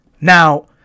Now